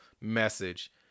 message